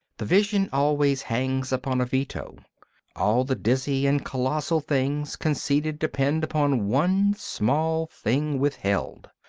the vision always hangs upon a veto all the dizzy and colossal things conceded depend upon one small thing withheld.